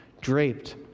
draped